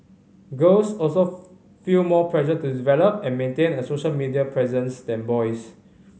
girls also feel more pressure to develop and maintain a social media presence than boys